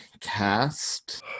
cast